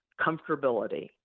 comfortability